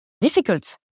difficult